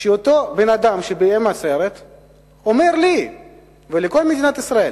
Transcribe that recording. שאותו בן-אדם שביים את הסרט אומר לי ולכל מדינת ישראל: